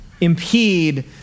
impede